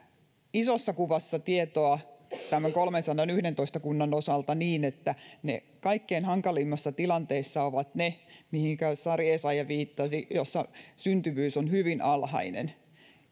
isossa kuvassa tietoa näiden kolmensadanyhdentoista kunnan osalta niin että kaikkein hankalimmassa tilanteessa ovat ne mihinkä sari essayah viittasi joissa syntyvyys on hyvin alhainen